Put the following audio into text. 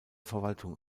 verwaltung